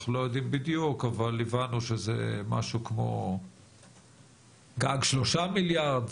אנחנו לא יודעים בדיוק אבל הבנו שזה משהו כמו גג 3 מיליארד,